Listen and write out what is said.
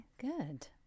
good